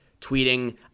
tweeting